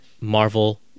Marvel